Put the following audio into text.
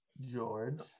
George